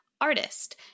artist